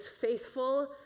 faithful